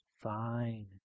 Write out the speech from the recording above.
Fine